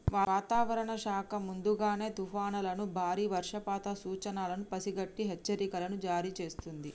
వాతావరణ శాఖ ముందుగానే తుఫానులను బారి వర్షపాత సూచనలను పసిగట్టి హెచ్చరికలను జారీ చేస్తుంది